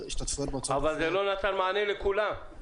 אבל זה לא נתן מענה לכולם.